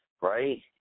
right